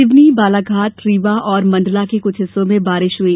सिवनी बालाघाट रीवा और मंडला के कुछ हिस्सों में बारिश हुई